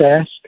ask